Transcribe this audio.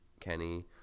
Kenny